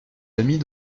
amis